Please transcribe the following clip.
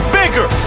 bigger